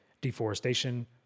deforestation